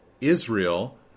Israel